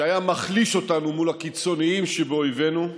שהיה מחליש אותנו מול הקיצוניים שבאויבנו,